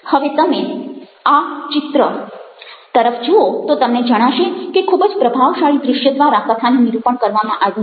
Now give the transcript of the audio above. હવે તમે આ ચિત્ર તરફ જુઓ તો તમને જણાશે કે ખૂબ જ પ્રભાવશાળી દ્રશ્ય દ્વારા કથાનું નિરૂપણ કરવામાં આવ્યું છે